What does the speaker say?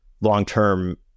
long-term